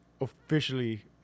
officially